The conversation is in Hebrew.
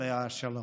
עליה השלום,